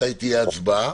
מתי תהיה הצבעה.